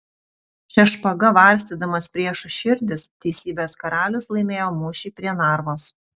šia špaga varstydamas priešų širdis teisybės karalius laimėjo mūšį prie narvos